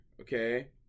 okay